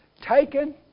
taken